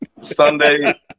Sunday